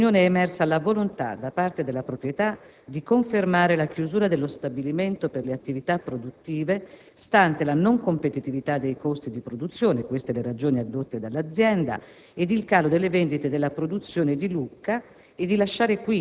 Durante la riunione è emersa la volontà, da parte della proprietà, di confermare la chiusura dello stabilimento per le attività produttive, stante la non competitività dei costi di produzione - queste le ragioni addotte dall'azienda - ed il calo delle vendite della produzione di Lucca,